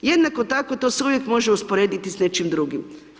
Jednako tako, to se uvijek može usporediti s nečim drugim.